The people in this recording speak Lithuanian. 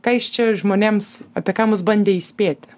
ką jis čia žmonėms apie ką mus bandė įspėti